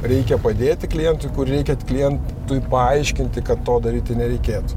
reikia padėti klientui kur reikia klientui paaiškinti kad to daryti nereikėtų